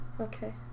okay